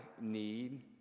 need